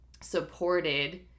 Supported